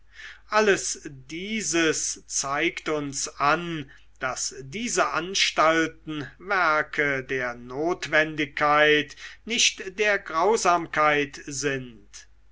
alles dieses zeigt uns an daß diese anstalten werke der notwendigkeit nicht der grausamkeit sind